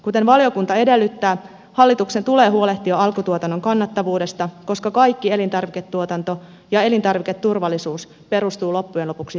kuten valiokunta edellyttää hallituksen tulee huolehtia alkutuotannon kannattavuudesta koska kaikki elintarviketuotanto ja elintarviketurvallisuus perustuvat loppujen lopuksi siihen